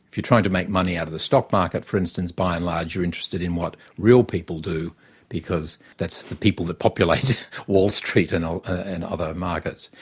if you're trying to make money out of the stock market, for instance, by and large you're interested in what real people do because that's the people that populate wall street and and other markets.